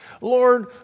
Lord